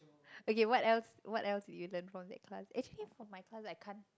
okay what else what else do you learn from that class actually for my class I can't